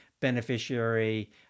Beneficiary